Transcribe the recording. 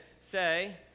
say